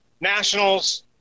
Nationals